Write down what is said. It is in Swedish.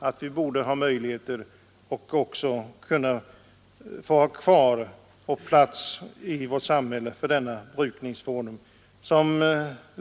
att vi borde ha plats i vårt samhälle för denna brukningsform.